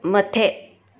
मथे